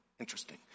Interesting